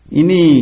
ini